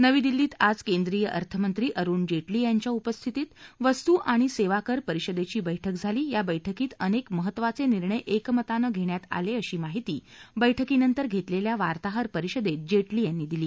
नवी दिल्लीत आज केंद्रीय अर्थनंत्री अरुण जेटली यांच्या उपस्थितीत वस्तू आणि सेवाकर परिषदेची बक्कि झाली या बक्कीत अनेक महत्वाचे निर्णय एकमताने घेण्यात आले अशी माहिती बक्कीनंतर घेतलेल्या वार्ताहरपरिषदेत जेटली यांनी दिली